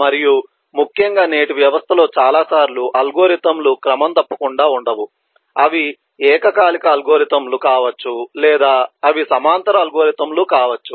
మరియు ముఖ్యంగా నేటి వ్యవస్థలో చాలా సార్లు అల్గోరిథంలు క్రమం తప్పకుండా ఉండవు అవి ఏకకాలిక అల్గోరిథంలు కావచ్చు లేదా అవి సమాంతర అల్గోరిథంలు కావచ్చు